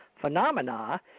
Phenomena